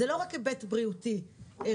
זה לא רק היבט בריאותי רפואי,